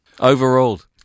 Overruled